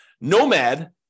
Nomad